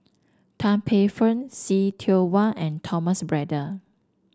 Tan Paey Fern See Tiong Wah and Thomas Braddell